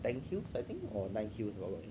ten kills I think or nine kills like that leh